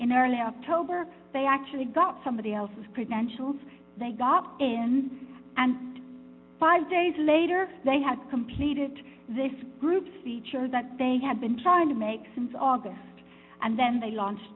early october they actually got somebody else's credentials they got in and five days later they had completed this group's feature that they had been trying to make since august and then they launched